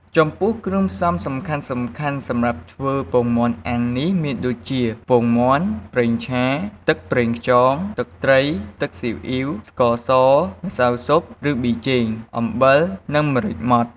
ចំពោះគ្រឿងផ្សំសំខាន់ៗសម្រាប់ធ្វើពងមាន់អាំងនេះមានដូចជា ពងមាន់ ប្រេងឆា ទឹកប្រេងខ្យង ទឹកត្រី ទឹកស៊ីអ៉ីវ ស្ករស ម្សៅស៊ុបឬប៊ីចេង អំបិលនិងម្រេចម៉ដ្ឋ ។